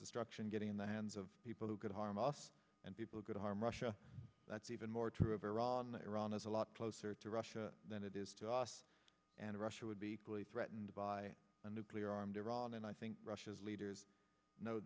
destruction getting in the hands of people who could harm us and people could harm russia that's even more true of iran that iran is a lot closer to russia than it is to us and russia would be equally threatened by a nuclear armed iran and i think russia's leaders kno